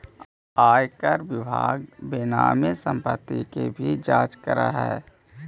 आयकर विभाग बेनामी संपत्ति के भी जांच करऽ हई